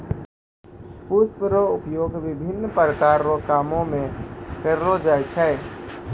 पुष्प रो उपयोग विभिन्न प्रकार रो कामो मे करलो जाय छै